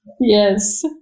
Yes